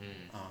ah